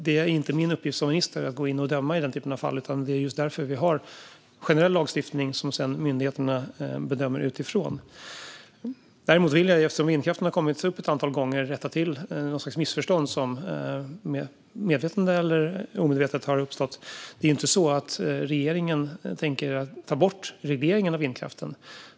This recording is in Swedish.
Det är inte min uppgift som minister att gå in och döma i denna typ av fall, utan det är just därför som vi har generell lagstiftning som myndigheterna sedan gör bedömningar utifrån. Eftersom vindkraften har tagits upp ett antal gånger vill jag rätta till något slags missförstånd som har uppstått, medvetet eller omedvetet. Det är inte så att regeringen tänker ta bort regleringen av vindkraften.